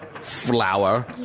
flower